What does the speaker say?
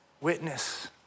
witness